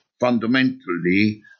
fundamentally